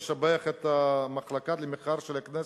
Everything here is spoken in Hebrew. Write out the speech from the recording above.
לשבח את מחלקת המחקר של הכנסת,